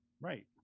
Right